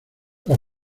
los